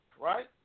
right